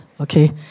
Okay